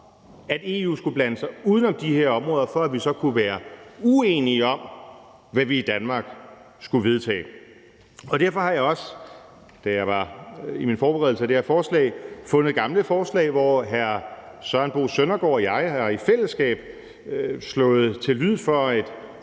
at EU skulle blande sig uden om de her områder, for at vi så kunne være uenige om, hvad vi i Danmark skulle vedtage. Derfor har jeg også, da jeg var i min forberedelse af det her forslag, fundet gamle forslag, hvor hr. Søren Bo Søndergaard og jeg i fællesskab har slået til lyd for et